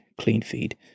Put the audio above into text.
CleanFeed